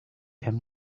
wiem